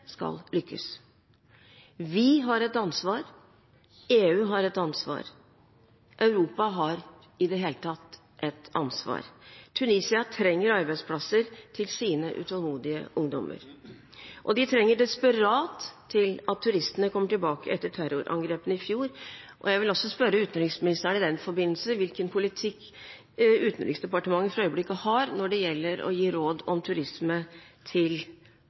skal lykkes. Vi har et ansvar, EU har et ansvar – Europa har i det hele tatt et ansvar. Tunisia trenger arbeidsplasser til sine utålmodige ungdommer, og de trenger desperat at turistene kommer tilbake etter terrorangrepene i fjor. Jeg vil også spørre utenriksministeren i den forbindelse hvilken politikk Utenriksdepartementet for øyeblikket har når det gjelder å gi råd om turisme til